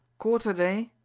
quarter day?